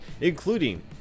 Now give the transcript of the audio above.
including